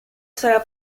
sarà